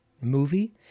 movie